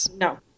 No